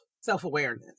self-awareness